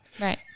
Right